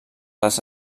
les